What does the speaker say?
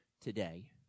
today